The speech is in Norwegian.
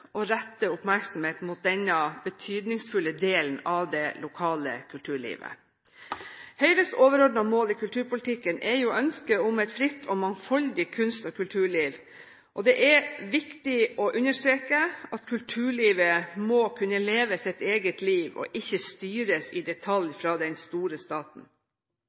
å rette oppmerksomheten mot denne betydningsfulle delen av det lokale kulturlivet. Høyres overordnede mål i kulturpolitikken er ønsket om et fritt og mangfoldig kunst- og kulturliv. Det er viktig å understreke at kulturlivet må kunne leve sitt eget liv og ikke styres i detalj av den store staten.